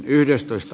kiitos